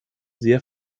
sehr